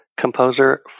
composer